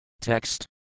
Text